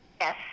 Yes